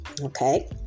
okay